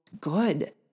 good